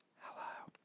Hello